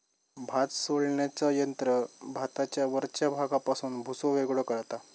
भात सोलण्याचा यंत्र भाताच्या वरच्या भागापासून भुसो वेगळो करता